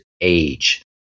age